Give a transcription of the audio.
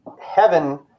heaven